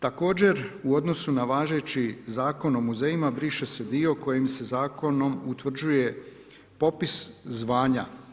Također, u odnosu na važeći Zakon o muzejima, briše se dio kojim se zakonom utvrđuje popis zvanja.